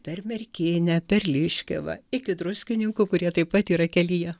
per merkienę per liškiavą iki druskininkų kurie taip pat yra kelyje